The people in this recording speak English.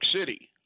City